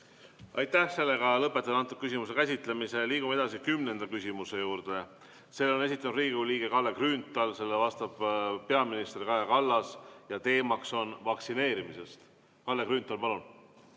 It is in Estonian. Aitäh! Lõpetan selle küsimuse käsitlemise. Liigume edasi kümnenda küsimuse juurde. Selle on esitanud Riigikogu liige Kalle Grünthal, sellele vastab peaminister Kaja Kallas ja teemaks on vaktsineerimine. Kalle Grünthal, palun!